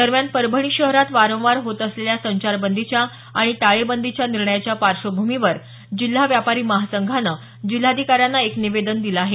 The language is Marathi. दरम्यान परभणी शहरात वारंवार होत असलेल्या संचारबंदीच्या आणि टाळेबंदीच्या निर्णयाच्या पार्श्वभूमीवर जिल्हा व्यापारी महासंघानं जिल्हाधिकाऱ्यांना एक निवेदन दिलं आहे